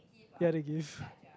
yeah they give